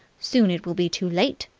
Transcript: soon it will be too late!